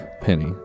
Penny